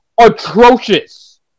atrocious